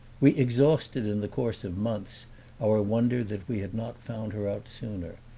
we exhausted in the course of months our wonder that we had not found her out sooner,